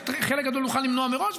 חלק גדול נוכל למנוע מראש,